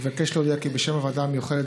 אבקש להודיע כי בשם הוועדה המיוחדת